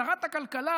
שרת הכלכלה,